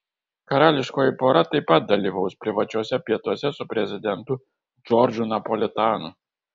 karališkoji pora taip pat dalyvaus privačiuose pietuose su prezidentu džordžu napolitanu